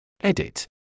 Edit